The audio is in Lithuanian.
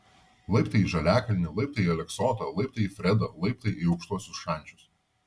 laiptai į žaliakalnį laiptai į aleksotą laiptai į fredą laiptai į aukštuosius šančius